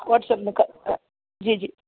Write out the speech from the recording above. WhatsApp में क जी जी